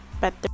Better